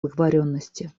договоренности